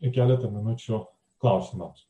ir keletą minučių klausimams